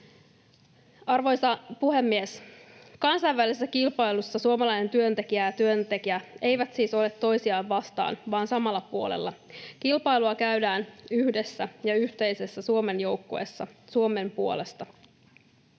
Arvoisa puhemies! Kansainvälisessä kilpailussa suomalainen työntekijä ja työntekijä eivät siis ole toisiaan vastaan, vaan ovat samalla puolella. Kilpailua käydään yhdessä ja yhteisessä Suomen joukkueessa Suomen puolesta.